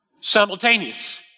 simultaneous